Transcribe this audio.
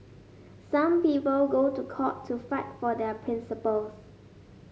some people go to court to fight for their principles